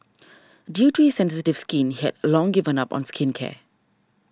due to his sensitive skin he had long given up on skincare